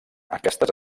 aquestes